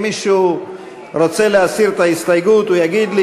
אם מישהו רוצה להסיר את ההסתייגות הוא יגיד לי.